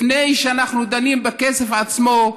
לפני שאנחנו דנים בכסף עצמו,